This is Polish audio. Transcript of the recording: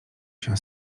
się